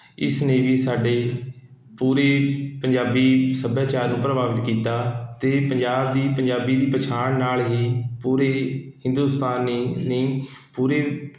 ਇਸ ਨੇ ਵੀ ਸਾਡੇ ਪੂਰੇ ਪੰਜਾਬੀ ਸੱਭਿਆਚਾਰ ਨੂੰ ਪ੍ਰਭਾਵਿਤ ਕੀਤਾ ਅਤੇ ਪੰਜਾਬ ਦੀ ਪੰਜਾਬੀ ਦੀ ਪਛਾਣ ਨਾਲ਼ ਹੀ ਪੂਰੇ ਹਿੰਦੁਸਤਾਨ ਨੇ ਨਹੀਂ ਪੂਰੇ